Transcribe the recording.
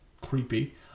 creepy